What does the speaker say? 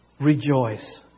rejoice